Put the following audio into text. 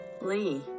Lee